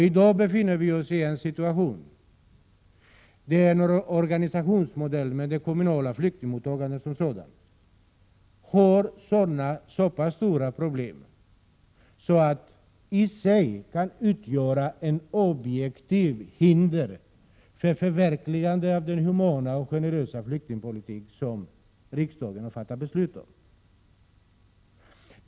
I dag befinner vi oss i en situation där organisationsmodellen med det kommunala flyktingmottagandet som sådant medför så pass stora problem att det i sig kan utgöra ett objektivt hinder för förverkligandet av den humana och generösa flyktingpolitik som riksdagen har fattat beslut om.